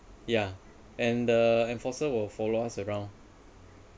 ya and the enforcer will follow us around